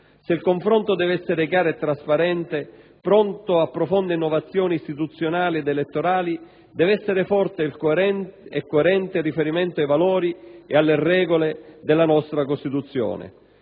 Se il confronto deve essere chiaro e trasparente, pronto a profonde innovazioni istituzionali ed elettorali, deve essere forte e coerente il riferimento ai valori e alle regole della nostra Costituzione.